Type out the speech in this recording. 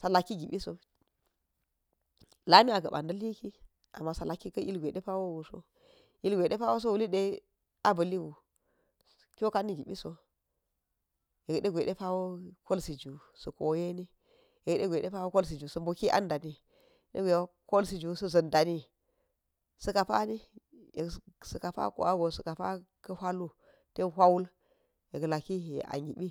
sa̱ la̱kki gibiso, la̱mi a gapa da̱la̱ki amma sa̱lakki ka̱ ilgwai ɗepa̱wo so ilgwai depa̱wo sa̱ wulide aba̱liu kiyo kani gibiso yekdegwa̱ ɗepa̱wo kolsiju sa̱ koteni, gwaidegwa̱de pa̱wo kotsi sa̱ koyini yekɗe gwai depawo kolsiju sa̱ boki an dani kolsiju sa̱ za̱n dan sa̱ kapa̱ani yek sa̱ ka̱pa̱ kuwago yeksa̱ ka̱pa̱ kahuilu ten hui wul yekla̱ki yek a gibi.